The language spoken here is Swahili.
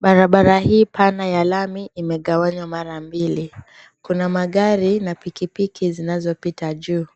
Barabara hii pana ya lami imegawanywa mara mbili. Kuna magari na pikipiki zinazopita juu.